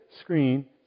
screen